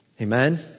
Amen